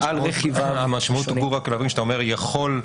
אתה אומר יכול,